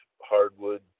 hardwood